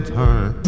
time